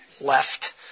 left